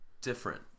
different